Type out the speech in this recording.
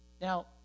Now